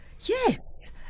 yes